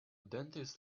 dentist